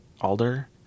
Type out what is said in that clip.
Alder